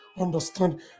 understand